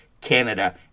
Canada